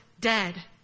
dead